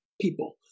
people